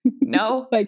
No